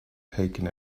taken